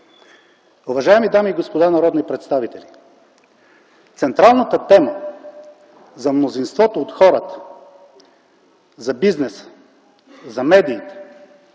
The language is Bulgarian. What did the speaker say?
Уважаеми дами и господа народни представители, централната тема за мнозинството от хората, за бизнеса и за медиите